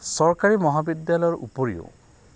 চৰকাৰী মহাবিদ্যালয়ৰ উপৰিও